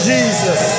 Jesus